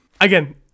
Again